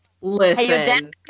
listen